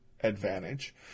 advantage